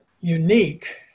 unique